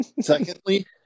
Secondly